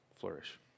flourish